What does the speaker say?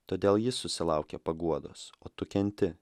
todėl jis susilaukė paguodos o tu kenti